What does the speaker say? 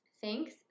Thanks